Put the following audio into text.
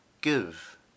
give